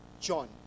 john